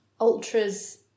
Ultras